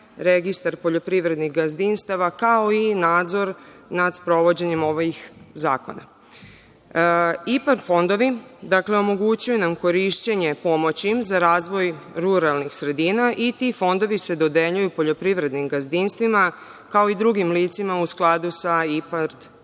registar poljoprivrednih gazdinstava, kao i nadzor nad sprovođenjem ovih zakona. IPA fondovi omogućuju nam korišćenje pomoći za razvoj ruralnih sredina i ti fondovi se dodeljuju poljoprivrednim gazdinstvima, kao i drugim licima u skladu sa IPARD